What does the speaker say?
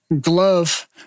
glove